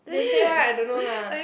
they say [one] I don't know lah